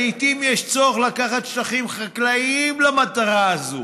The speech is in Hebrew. לעיתים יש צורך לקחת שטחים חקלאיים למטרה הזאת,